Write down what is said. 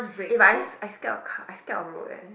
eh but I s~ I scared of car I scared of road eh